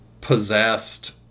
possessed